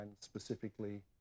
specifically